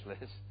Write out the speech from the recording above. list